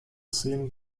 szenen